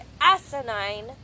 asinine